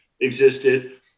existed